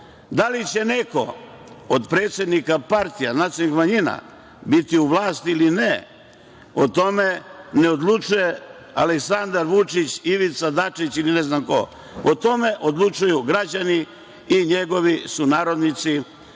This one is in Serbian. li će neko od predsednika partija nacionalnih manjima biti u vlasti ili ne, o tome ne odlučuje Aleksandar Vučić, Ivica Dačić ili ne znam ko, o tome odlučuju građani i njegovi sunarodnici,